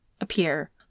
appear